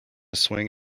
swing